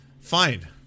fine